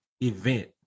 event